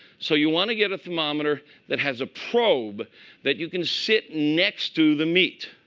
so you want to get a thermometer that has a probe that you can sit next to the meat